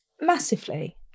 Massively